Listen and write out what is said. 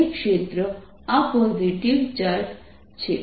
અને ક્ષેત્ર આ પોઝિટિવ ચાર્જ છે